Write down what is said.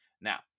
Now